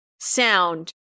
sound